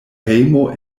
hejmo